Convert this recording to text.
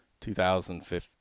2015